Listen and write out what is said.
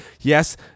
Yes